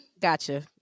Gotcha